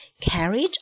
carried